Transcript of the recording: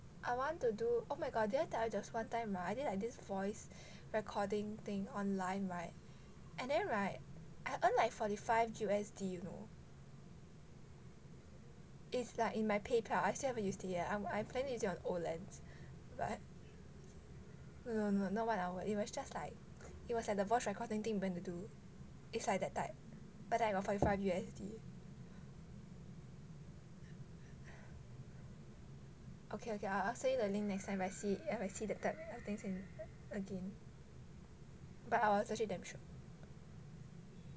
I want to do oh my god did I tell you there is one time ah I did like this voice recording thing online [right] and then [right] I earn like forty five U_S_D you know it's like in my PayPal I still haven't use it yet I'm I plan to use it on OLens what no no no not one hour it was like it was like the voice recording thing went to do it's like that type but I got forty five U_S_D okay okay I'll I'll send you the link next time if I see it if I see that type of things in again but I was actually damn shook